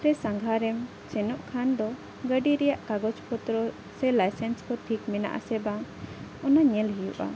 ᱥᱮ ᱥᱟᱸᱜᱷᱟᱨᱮᱢ ᱥᱮᱱᱚᱜ ᱠᱷᱟᱱ ᱫᱚ ᱜᱟᱹᱰᱤ ᱨᱮᱭᱟᱜ ᱠᱟᱜᱚᱡᱽ ᱯᱚᱛᱨᱚ ᱥᱮ ᱞᱟᱭᱥᱮᱱᱥ ᱠᱚ ᱴᱷᱤᱠ ᱢᱮᱱᱟᱜᱼᱟ ᱥᱮ ᱵᱟᱝ ᱚᱱᱟ ᱧᱮᱞ ᱦᱩᱭᱩᱜᱼᱟ